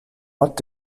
ort